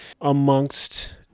amongst